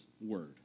word